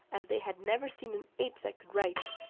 as they had never seen an ape that could write,